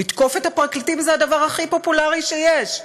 לתקוף את הפרקליטים זה הדבר הכי פופולרי שיש.